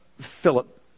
Philip